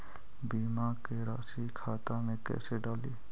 बीमा के रासी खाता में कैसे डाली?